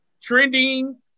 trending